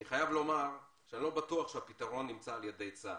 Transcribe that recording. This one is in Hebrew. אני חייב לומר שאני לא בטוח שהפתרון נמצא על ידי צה"ל,